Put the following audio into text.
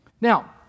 Now